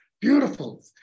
Beautiful